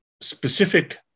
specific